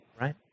right